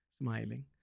smiling